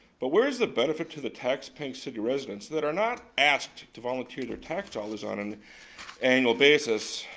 but where is the benefit to the taxpaying city residents that are not asked to volunteer their tax dollars on an annual basis?